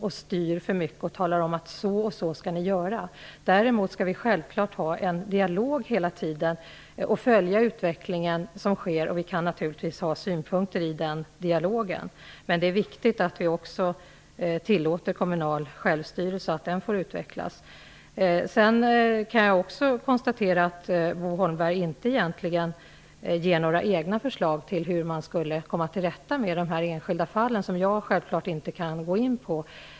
Vi skall inte styra och säga att så och så skall kommunerna göra. Däremot är det viktigt att ha en dialog, följa utvecklingen och framföra synpunkter. Det är viktigt att vi tillåter att den kommunala självstyrelsen får utvecklas. Jag kan också konstatera att Bo Holmberg egentligen inte ger några egna förslag till hur man kan komma till rätta med de enskilda fallen. Jag kan självfallet inte diskutera dem.